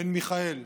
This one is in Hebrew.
בן מיכאל,